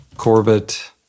Corbett